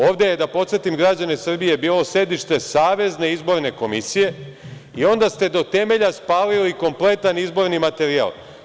Ovde je da podsetim građane Srbije bilo sedište Savezne izborne komisije i onda ste do temelja spalili kompletan izborni materijal.